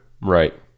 Right